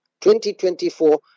2024